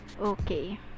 okay